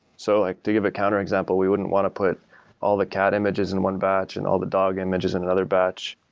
so like to give a counterexample, we wouldn't want to put all the cat images in one batch and all the dog images in another batch.